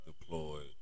deployed